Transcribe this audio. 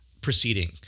proceeding